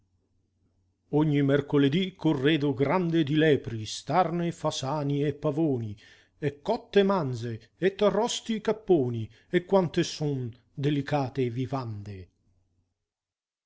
ogni mercoledí corredo grande di lepri starne fasani e pavoni e cotte manze et arrosti capponi e quante son delicate vivande